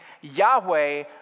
Yahweh